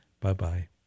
Bye-bye